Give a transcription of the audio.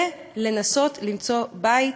ולנסות למצוא בית,